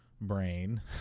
brain